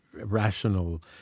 rational